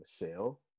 Michelle